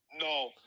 no